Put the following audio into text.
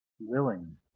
willing